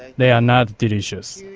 they are not delicious.